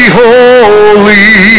holy